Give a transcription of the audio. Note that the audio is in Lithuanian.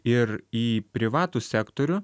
ir į privatų sektorių